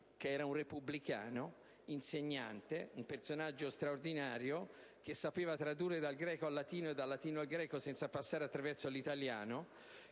Settembrini, repubblicano, insegnante, un personaggio straordinario, che sapeva tradurre dal greco al latino e dal latino al greco senza passare dall'italiano.